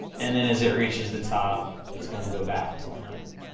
and then as it reaches the top, it's gonna go back to one hundred.